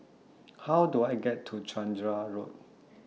How Do I get to Chander Road